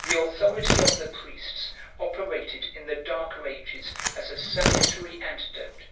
the authority of the priests operated in the darker ages as a salutary antidote